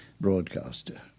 broadcaster